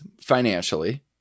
financially